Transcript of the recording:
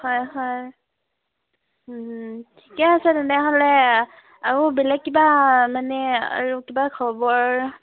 হয় হয় ঠিকে আছে তেনেহ'লে আৰু বেলেগ কিবা মানে আৰু কিবা খবৰ